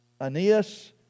Aeneas